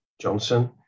Johnson